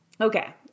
Okay